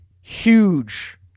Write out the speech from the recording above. huge